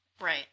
right